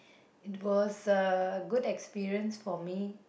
it was a good experience for me